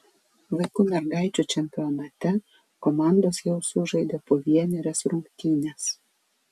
vaikų mergaičių čempionate komandos jau sužaidė po vienerias rungtynes